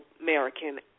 American